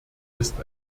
ist